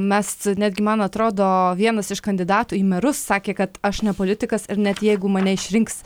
mes netgi man atrodo vienas iš kandidatų į merus sakė kad aš ne politikas ir net jeigu mane išrinks